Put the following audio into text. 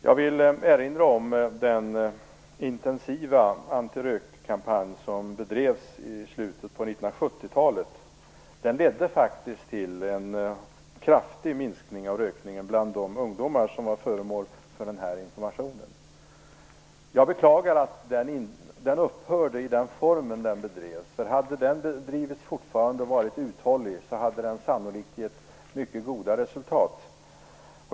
Jag vill erinra om den intensiva antirökkampanj som bedrevs i slutet av 1970-talet. Den ledde faktiskt till en kraftig minskning av rökningen bland de ungdomar som var föremål för informationen. Jag beklagar att kampanjen upphörde i den form den bedrevs. Hade den bedrivits fortfarande, hade man varit uthållig, hade det sannolikt gett mycket goda resultat.